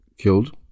Killed